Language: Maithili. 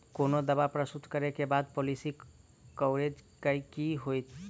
कोनो दावा प्रस्तुत करै केँ बाद पॉलिसी कवरेज केँ की होइत?